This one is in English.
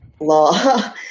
law